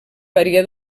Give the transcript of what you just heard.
varia